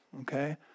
okay